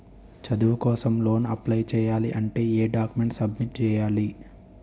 చదువు కోసం loan apply చేయాలి అంటే ఎం డాక్యుమెంట్స్ సబ్మిట్ చేయాలి?